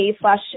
slash